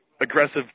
aggressive